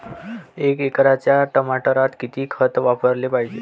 एका एकराच्या टमाटरात किती खत वापराले पायजे?